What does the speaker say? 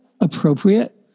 appropriate